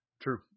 True